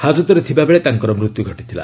ହାଜତ୍ରେ ଥିବାବେଳେ ତାଙ୍କର ମୃତ୍ୟୁ ଘଟିଥିଲା